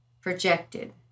projected